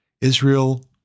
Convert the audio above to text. Israel